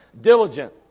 diligent